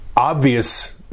Obvious